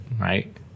right